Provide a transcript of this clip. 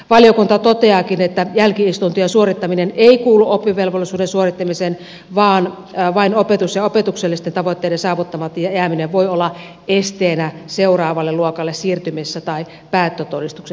valiokunta toteaakin että jälki istuntojen suorittaminen ei kuulu oppivelvollisuuden suorittamiseen vaan vain opetuksellisten tavoitteiden saavuttamatta jääminen voi olla esteenä seuraavalla luokalle siirtymisessä tai päättötodistuksen saamisessa